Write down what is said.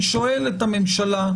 אני שואל את הממשלה,